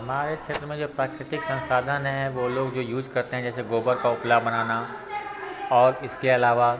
हमारे क्षेत्र में जो प्राकृतिक संसाधन हैं वो लोग जो यूज करते हैं जैसे गोबर का उपला बनाना और इसके अलावा